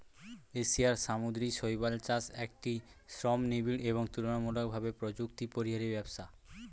এশিয়ার সামুদ্রিক শৈবাল চাষ একটি শ্রমনিবিড় এবং তুলনামূলকভাবে প্রযুক্তিপরিহারী ব্যবসা